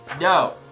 No